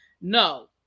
no